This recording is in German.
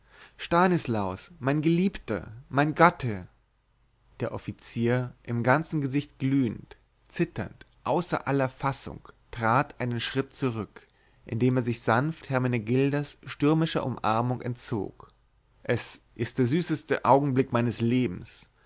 stanislaus mein geliebter mein gatte der offizier im ganzen gesicht glühend zitternd außer aller fassung trat einen schritt zurück indem er sich sanft hermenegildas stürmischer umarmung entzog es ist der süßeste augenblick meines lebens